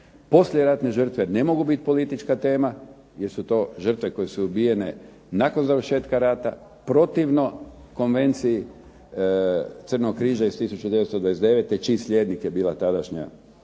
Poslijeratne žrtve ne mogu biti politička tema jer su to žrtve koje su ubijene nakon završetka rata, protivno Konvenciji Crvenog križa iz 1929. čiji slijednik je bila tadašnja